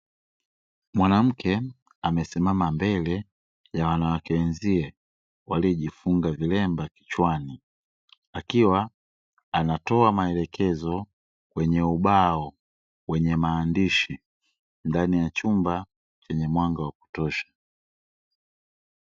Mwanamke amesimama mbele ya wanawake wenzie waliojifunga vilemba kichwani, akiwa anatoa maelekezo kwenye ubao wenye maandishi ndani ya chumba chenye mwanga wa kutosha.